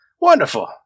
Wonderful